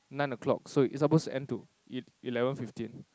nine o'clock so it's supposed to end to it eleven fifteen